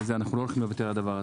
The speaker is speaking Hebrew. אנחנו לא הולכים לוותר על הדבר הזה.